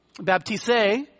baptise